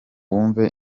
wumve